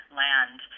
land